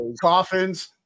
coffins